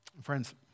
Friends